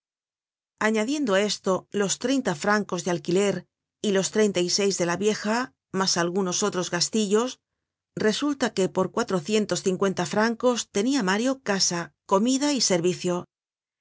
añadiendo á esto los treintas francos de alquiler y los treinta y seis de la vieja mas algunos otros gastillos resulta que por cuatrocientos cincuenta francos tenia mario casa comida y servicio